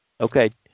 Okay